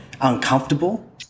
uncomfortable